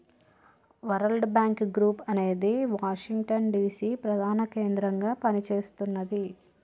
world Bank Group అనేది Washington DC ప్రధాన కేంద్రంగా పనిచేస్తున్నది